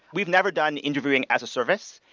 we've never done interviewing as a service.